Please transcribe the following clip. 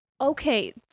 okay